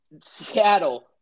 Seattle